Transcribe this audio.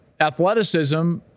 athleticism